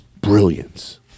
brilliance